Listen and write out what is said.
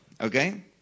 okay